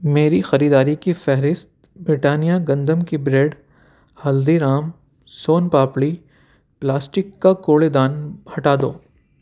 میری خریداری کی فہرست بریٹانیا گندم کی bread Haldiram soan papdi plastic کا کوڑے دان ہٹا دو